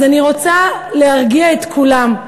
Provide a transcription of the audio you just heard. אז אני רוצה להרגיע את כולם: